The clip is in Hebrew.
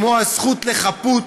כמו הזכות לחפות,